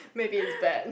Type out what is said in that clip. maybe is bad